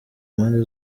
mpande